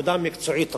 עבודה מקצועית רבה.